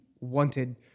wanted